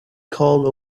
called